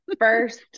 First